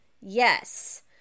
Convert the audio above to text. yes